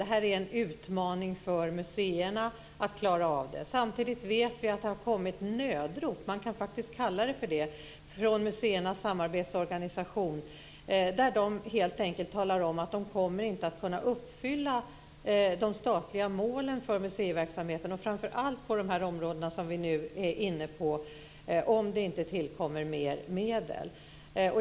Det är en utmaning för museerna att klara av detta. Samtidigt vet vi att det har kommit nödrop - man kan faktiskt kalla det så - från museernas samarbetsorganisation. Den talar helt enkelt om att den inte kommer att kunna uppfylla de statliga målen för museiverksamheten, framför allt på de områden som vi nu är inne på, om det inte tillkommer mer medel.